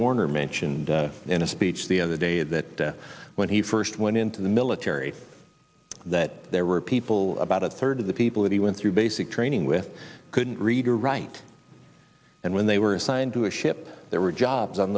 warner mentioned in a speech the other day that when he first went into the military that there were people about a third of the people that he went through basic training with couldn't read or write and when they were assigned to a ship there were jobs on